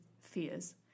fears